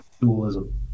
dualism